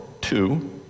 two